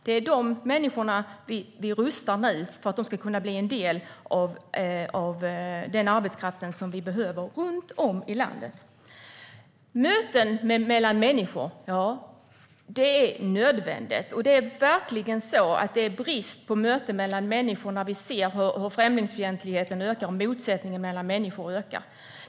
Det är de människorna vi rustar nu för att de ska kunna bli en del av den arbetskraft som vi behöver runt om i landet. Möten mellan människor är nödvändiga, och det råder verkligen brist på sådana möten. Vi ser hur främlingsfientligheten och motsättningarna mellan människor ökar.